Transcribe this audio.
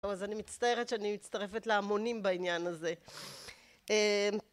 אז אני מצטערת שאני מצטרפת להמונים בעניין הזה